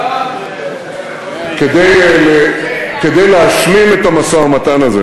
כדי להשלים את המשא-ומתן הזה,